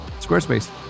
Squarespace